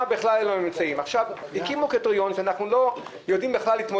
מתברר שמשרד התחבורה --- ואומר